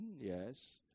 Yes